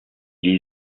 les